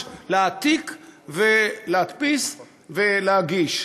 להעתיק, להדפיס ולהגיש.